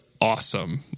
awesome